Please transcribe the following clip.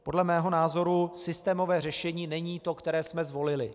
Podle mého názoru systémové řešení není to, které jsme zvolili.